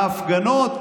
ההפגנות,